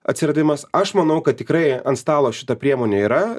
atsiradimas aš manau kad tikrai ant stalo šita priemonė yra